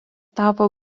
tapo